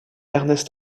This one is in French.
ernest